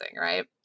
right